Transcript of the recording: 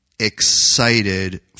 excited